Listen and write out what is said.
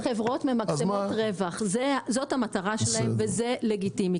חברות ממקסמות רווח, זו המטרה שלהם, וזה לגיטימי.